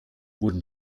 wurden